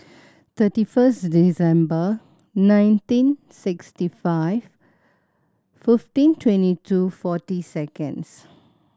thirty first December nineteen sixty five fifteen twenty two forty seconds